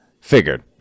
figured